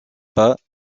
pas